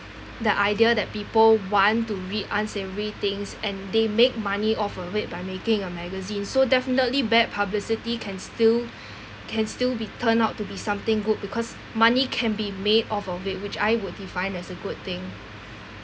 the idea that people want to read unsavoury things and they make money off a weight by making a magazine so definitely bad publicity can still can still be turned out to be something good because money can be made off of it which I would define as a good thing